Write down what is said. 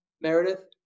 Meredith